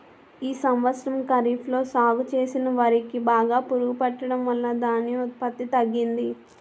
ఈ సంవత్సరం ఖరీఫ్ లో సాగు చేసిన వరి కి బాగా పురుగు పట్టడం వలన ధాన్యం ఉత్పత్తి తగ్గింది